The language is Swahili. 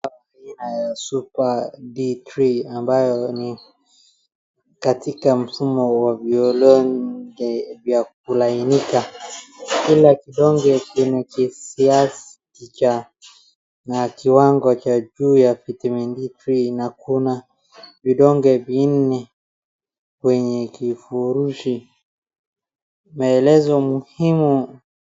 Dawa aina ya superD3 ambayo ni katika mfumo wa vidonge vya kulainika. Kila kidonge kina kisiasa cha na kiwango cha juu ya vitamin D3 na kuna vidonge vinne kwenye kifurushi, maelezo muhimu.